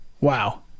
Wow